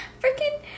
freaking